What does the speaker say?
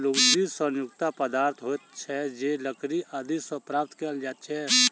लुगदी सन युक्त पदार्थ होइत छै जे लकड़ी आदि सॅ प्राप्त कयल जाइत छै